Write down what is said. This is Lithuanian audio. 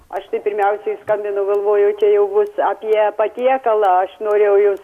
aš tai pirmiausiai skambinu galvoju čia jau bus apie patiekalą aš norėjau jums